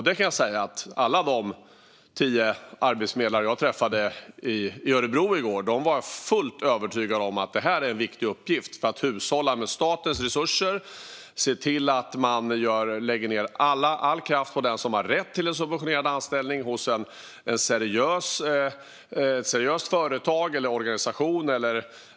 De tio arbetsförmedlare jag träffade i Örebro i går var fullt övertygade om att det är en viktig uppgift att hushålla med statens resurser och se till att lägga all kraft på den som har rätt till en subventionerad anställning hos ett seriöst företag, en seriös organisation eller kommun.